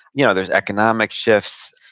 you know there's economic shifts,